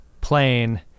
plane